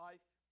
Life